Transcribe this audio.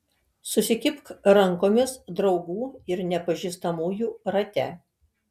susikibk rankomis draugų ir nepažįstamųjų rate